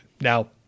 Now